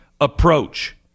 approach